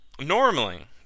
normally